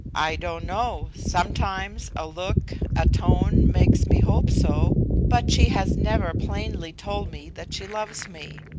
i don't know. sometimes a look, a tone, makes me hope so but she has never plainly told me that she loves me.